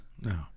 No